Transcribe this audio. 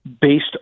Based